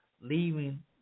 leaving